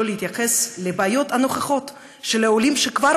שלא להתייחס לבעיות הנוכחיות של העולים שכבר